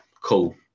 cool